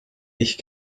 ich